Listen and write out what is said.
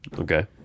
Okay